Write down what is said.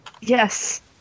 Yes